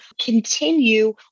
continue